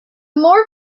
more